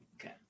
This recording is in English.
Okay